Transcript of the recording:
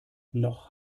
noch